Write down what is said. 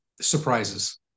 surprises